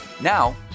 Now